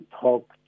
talk